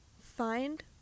find